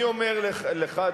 אני אומר לך,